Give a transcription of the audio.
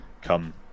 come